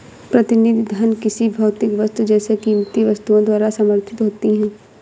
प्रतिनिधि धन किसी भौतिक वस्तु जैसे कीमती धातुओं द्वारा समर्थित होती है